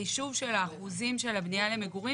החישוב של האחוזים של הבנייה למגורים